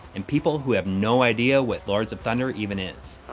and people who have no idea what lords of thunder even is.